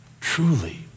truly